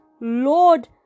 Lord